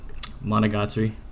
Monogatari